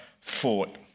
fought